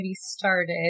started